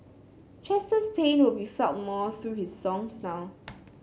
Chester's pain will be felt more through his songs now